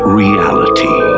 reality